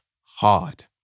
hard